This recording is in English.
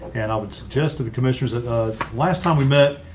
and i would suggest to the commissioners that last time we met,